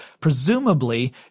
Presumably